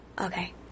Okay